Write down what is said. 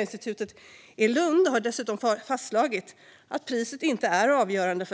Institutet har dessutom fastslagit att priset på reparationen inte är avgörande,